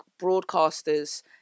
broadcasters